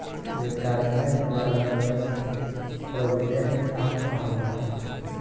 retirement वाला निवेश के प्रोविडेंट फण्ड कहल जाला